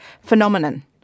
phenomenon